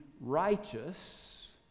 righteous